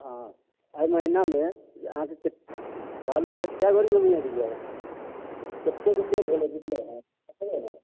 हँ एहि महिनामे जे अहाँकेँ बालू कै बोरी उघने रहियै कतेके सेल भेलै बिकलै हँ बतेबै ने